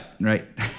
right